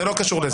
זה לא קשור לזה.